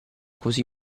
cosí